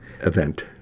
event